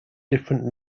different